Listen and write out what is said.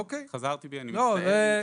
לגבי עניין הרישום,